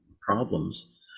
problems